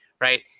Right